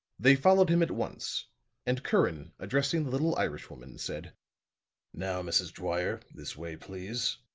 they followed him at once and curran, addressing the little irishwoman, said now, mrs. dwyer, this way, please.